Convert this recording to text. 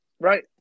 right